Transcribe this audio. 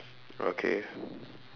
okay